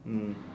mm